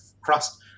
crust